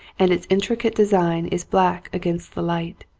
and its intricate design is black against the light.